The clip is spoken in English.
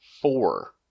four